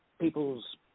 people's